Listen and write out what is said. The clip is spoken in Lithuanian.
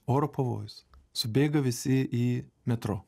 oro pavojus subėga visi į metro